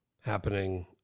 happening